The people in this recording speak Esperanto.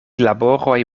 laboroj